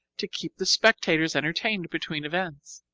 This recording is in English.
to keep the spectators entertained between events.